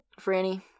Franny